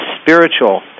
spiritual